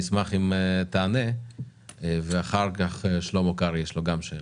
נשמח אם תענה ואחר כך לשלמה קרעי יש גם שאלות.